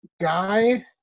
guy